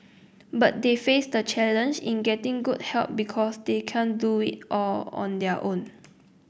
but they face the challenge in getting good help because they can't do it all on their own